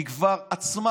היא כבר עצמה,